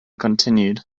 continued